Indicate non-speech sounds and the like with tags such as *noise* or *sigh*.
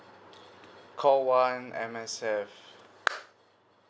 call one M_S_F *noise*